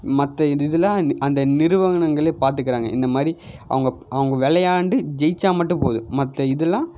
மற்ற இது இதுலாம் அந்த நிறுவனங்களே பார்த்துக்கிறாங்க இந்த மாதிரி அவங்க அவங்க விளையாண்டு ஜெயித்தா மட்டும் போதும் மற்ற இதுலாம்